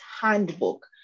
handbook